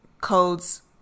codes